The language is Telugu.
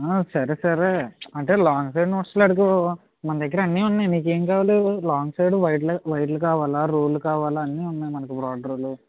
సరే సరే అంటే లాంగ్ సైడ్ నోడ్స్లు అడిగావు మన దగ్గర అన్నీ ఉన్నాయి నీకు ఏం కావాలి లాంగ్ సైడ్ వైట్లు వైట్లు కావాలా రూళ్ళు కావాలా అన్నీ ఉన్నాయి మనకి బ్రాడ్ రూలు